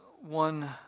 one